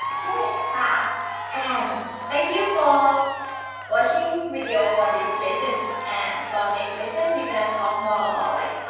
yeah ah and thank you for watching video for this lesson. and for next lesson, we gonna talk more about like